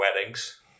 weddings